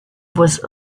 was